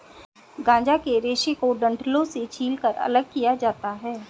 गांजा के रेशे को डंठलों से छीलकर अलग किया जाता है